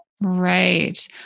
Right